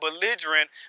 belligerent